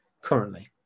currently